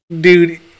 Dude